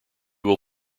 will